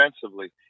defensively